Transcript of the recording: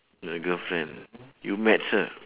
your girlfriend you met her